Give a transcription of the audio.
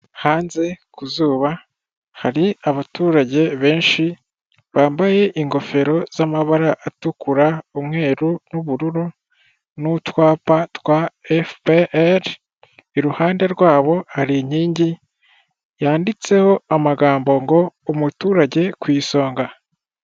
Hanze ku zuba hari abaturage benshi bambaye ingofero z'amabara atukura umweru n'ubururu n'utwapa twa fefupe eri, iruhande rwabo hari inkingi yanditseho amagambo ngo umuturage ku isonga.